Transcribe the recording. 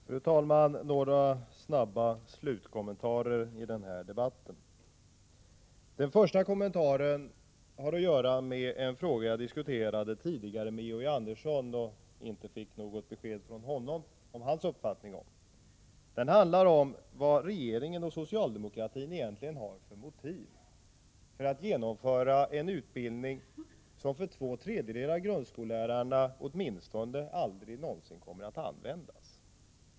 Fru talman! Några snabba slutkommentarer i den här debatten. Den första kommentaren har att göra med en fråga som jag diskuterade tidigare med Georg Andersson, men där jag inte fick något besked från honom om hans uppfattning. Den handlar om vad regeringen och socialdemokratin egentligen har för motiv för att genomföra en utbildning som två tredjedelar av grundskolelärarna aldrig någonsin kommer att använda.